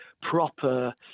proper